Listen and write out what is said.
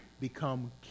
become